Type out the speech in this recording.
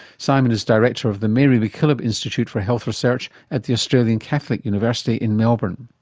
simon is director of the mary mackillop institute for health research at the australian catholic university in melbourne.